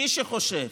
מי שחושב